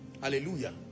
hallelujah